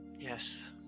Yes